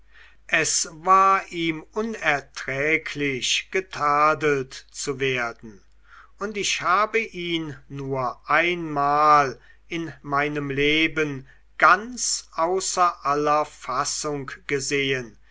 es war ihm unerträglich getadelt zu werden und ich habe ihn nur einmal in meinem leben ganz außer aller fassung gesehen